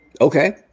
Okay